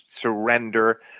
surrender